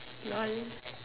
lol